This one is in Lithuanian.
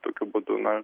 tokiu būdu na